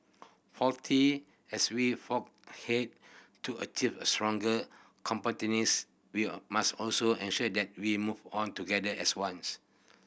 fourth as we forge ahead to achieve a stronger competitiveness we must also ensure that we move on together as ones